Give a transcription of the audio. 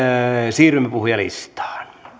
siirrymme puhujalistaan